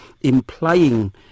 implying